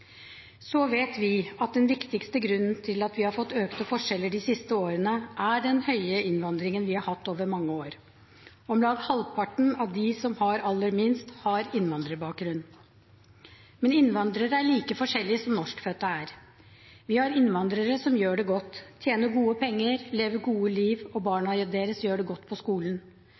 Så vet vi at den viktigste grunnen til at vi har fått økte forskjeller de siste årene, er den høye innvandringen vi har hatt over mange år. Om lag halvparten av dem som har aller minst, har innvandrerbakgrunn. Men innvandrere er like forskjellige som norskfødte er. Vi har innvandrere som gjør det godt, tjener gode penger, lever gode liv, og barna deres gjør det godt på skolen.